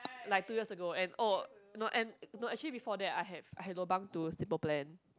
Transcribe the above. like two years ago and oh no and no actually before that I have I had lobang to simple plan